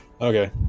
Okay